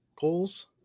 goals